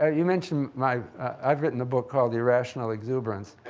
ah you've mentioned my, i've written a book called irrational exuberance.